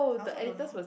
I also don't know